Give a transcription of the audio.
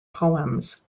poems